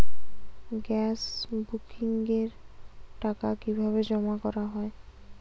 Gas বুকিংয়ের টাকা কিভাবে জমা করা হয়?